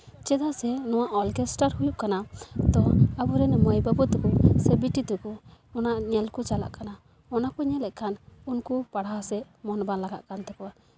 ᱪᱮᱫᱟᱜ ᱥᱮ ᱱᱚᱣᱟ ᱚᱨᱠᱮᱥᱴᱟᱨ ᱦᱩᱭᱩᱜ ᱠᱟᱱᱟ ᱛᱚ ᱟᱵᱚ ᱨᱮᱱ ᱢᱟᱹᱭ ᱵᱟᱹᱵᱩ ᱛᱟᱠᱚ ᱥᱮ ᱵᱤᱴᱤ ᱛᱟᱠᱚ ᱚᱱᱟ ᱧᱮᱞ ᱠᱚ ᱪᱟᱞᱟᱜ ᱠᱟᱱᱟ ᱚᱱᱟ ᱠᱚ ᱧᱮᱞᱮᱜ ᱠᱷᱟᱱ ᱩᱱᱠᱩ ᱯᱟᱲᱦᱟᱣ ᱥᱮᱫ ᱢᱚᱱ ᱵᱟᱝ ᱞᱟᱜᱟᱜ ᱠᱟᱱ ᱛᱟᱠᱚᱣᱟ